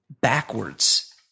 backwards